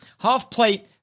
Halfplate